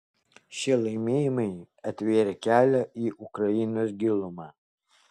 šie laimėjimai atvėrė kelią į ukrainos gilumą